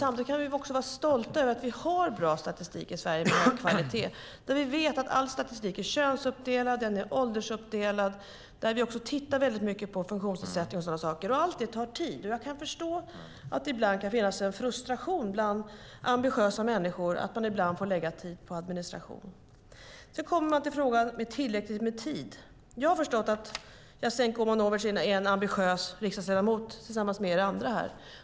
Samtidigt kan vi vara stolta över att vi har bra statistik i Sverige med hög kvalitet. Vi vet att all statistik är könsuppdelad och åldersuppdelad. Vi tittar också väldigt mycket på funktionsnedsättning och sådana saker. Allt det tar tid. Jag kan förstå att det ibland kan finnas en frustration bland ambitiösa människor att de ibland får lägga tid på administration. Sedan kommer man till frågan om att ha tillräckligt med tid. Jag har förstått att Jasenko Omanovic är en ambitiös riksdagsledamot, tillsammans med er andra här.